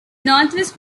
northwest